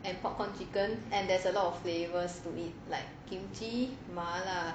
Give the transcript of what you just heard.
and popcorn chicken and there's a lot of flavours to eat like kimchi mala